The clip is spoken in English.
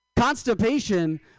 Constipation